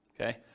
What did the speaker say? okay